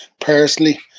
Personally